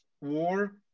war